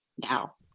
now